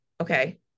okay